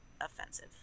offensive